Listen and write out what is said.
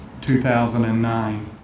2009